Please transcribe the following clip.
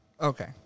Okay